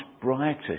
brighter